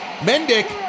Mendick